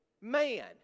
man